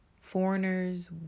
Foreigners